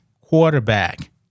quarterback